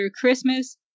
Christmas